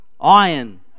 Iron